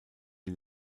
die